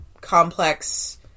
Complex